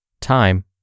time